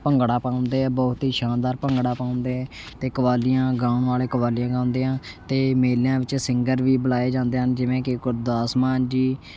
ਭੰਗੜਾ ਪਾਉਂਦੇ ਆ ਬਹੁਤ ਹੀ ਸ਼ਾਨਦਾਰ ਭੰਗੜਾ ਪਾਉਂਦੇ ਅਤੇ ਕਵਾਲੀਆਂ ਗਾਉਣ ਵਾਲੇ ਕਵਾਲੀਆਂ ਗਾਉਂਦੇ ਆ ਅਤੇ ਮੇਲਿਆਂ ਵਿੱਚ ਸਿੰਗਰ ਵੀ ਬੁਲਾਏ ਜਾਂਦੇ ਹਨ ਜਿਵੇਂ ਕਿ ਗੁਰਦਾਸ ਮਾਨ ਜੀ